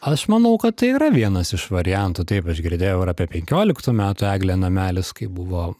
aš manau kad tai yra vienas iš variantų taip aš girdėjau ir apie penkioliktų metų eglę namelis kai buvo